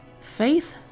Faith